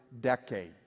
decade